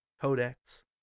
Codex